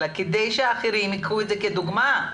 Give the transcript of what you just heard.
אלא כדי שאחרים יקחו את זה כדוגמה.